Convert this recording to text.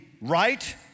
right